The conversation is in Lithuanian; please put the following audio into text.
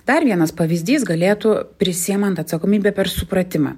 dar vienas pavyzdys galėtų prisiimant atsakomybę per supratimą